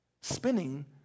Spinning